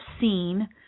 seen